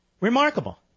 Remarkable